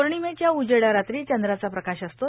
पोर्णिमेच्या उजेड्या रात्री चंद्राचा प्रकाश असतो